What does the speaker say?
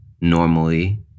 normally